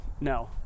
no